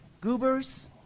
Goobers